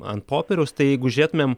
ant popieriaus tai jeigu žiūrėtumėm